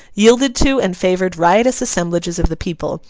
yielded to and favoured riotous assemblages of the people,